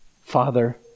Father